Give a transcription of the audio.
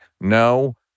no